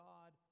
God